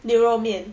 牛肉面